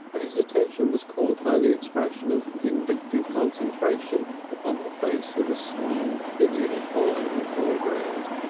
and his attention was caught by the expression of vindictive concentration upon the face of a small big-eared boy in the foreground.